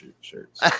shirts